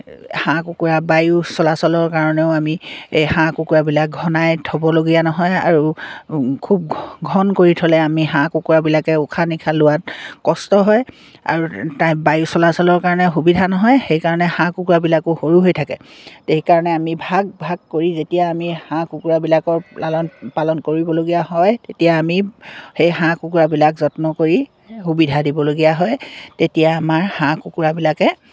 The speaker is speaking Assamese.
হাঁহ কুকুৰা বায়ু চলাচলৰ কাৰণেও আমি এই হাঁহ কুকুৰাবিলাক ঘনাই থ'ব লগীয়া নহয় আৰু খুব ঘন কৰি থ'লে আমি হাঁহ কুকুৰাবিলাকে উশাহ নিশাহ লোৱাত কষ্ট হয় আৰু বায়ু চলাচলৰ কাৰণে সুবিধা নহয় সেইকাৰণে হাঁহ কুকুৰাবিলাকো সৰু হৈ থাকে তে সেইকাৰণে আমি ভাগ ভাগ কৰি যেতিয়া আমি হাঁহ কুকুৰাবিলাকৰ লালন পালন কৰিব লগীয়া হয় তেতিয়া আমি সেই হাঁহ কুকুৰাবিলাক যত্ন কৰি সুবিধা দিবলগীয়া হয় তেতিয়া আমাৰ হাঁহ কুকুৰাবিলাকে